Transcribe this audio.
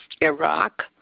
Iraq